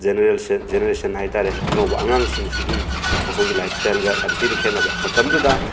generation ꯍꯥꯏꯇꯥꯔꯦ ꯑꯅꯧꯕ ꯑꯉꯥꯡꯁꯤꯡꯁꯤꯒꯤ ꯃꯈꯣꯏꯒꯤ ꯂꯥꯏꯞ ꯏꯁꯇꯥꯏꯜꯒ ꯌꯥꯝ ꯊꯤꯅ ꯈꯦꯠꯅꯕ ꯃꯇꯝꯗꯨꯗ